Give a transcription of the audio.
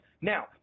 now